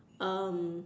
um